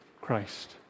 Christ